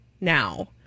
now